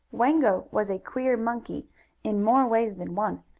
wango was a queer monkey in more ways than one.